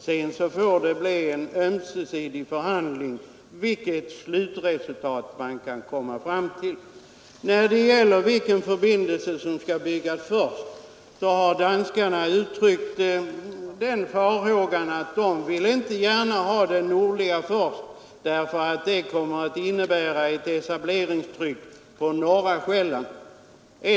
Sedan får det bli en ömsesidig förhandling om slutresultatet. När det gäller frågan om vilken förbindelse som bör byggas först har danskarna uttryckt farhågan att om den nordliga förbindelsen byggs först så kommer det att medföra ett ökat etableringstryck på norra Själland.